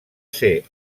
ser